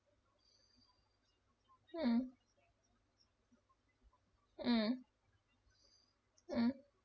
mm mm mm